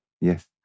Yes